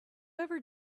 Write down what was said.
ever